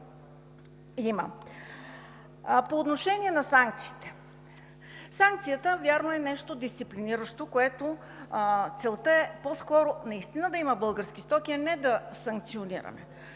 По отношение на санкциите. Вярно, санкцията е нещо дисциплиниращо, от която целта е по-скоро наистина да има български стоки, а не да санкционираме.